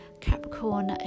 Capricorn